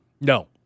No